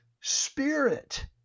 spirit